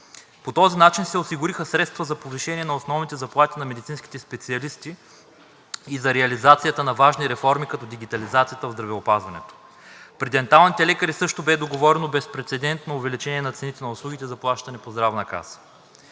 По този начин се осигуриха средства за повишение на основните заплати на медицинските специалисти и за реализацията на важни реформи като дигитализацията в здравеопазването. При денталните лекари също бе договорено безпрецедентно увеличение на цените на услугите, заплащани по Здравна каса.